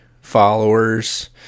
followers